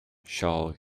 shall